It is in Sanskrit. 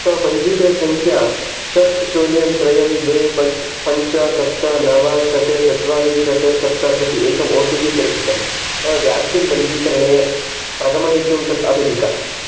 तव पञ्जीकृतसङ्ख्यां षट् शून्यं त्रयं द्वे पञ्च पञ्च सप्त नव षट् चत्वारि षट् सप्तं प्रति एकम् ओ टि पि प्रेषितं तव व्याक्सीन् पञ्जीकरणे प्रगमयितुं तत् अभिलिख